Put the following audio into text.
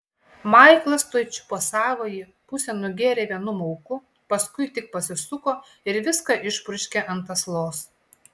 maiklas tuoj čiupo savąjį pusę nugėrė vienu mauku paskui tik pasisuko ir viską išpurškė ant aslos